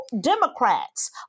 Democrats